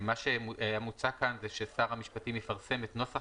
מה שמוצע כאן זה ששר המשפטים יפרסם את נוסח